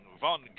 von